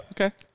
Okay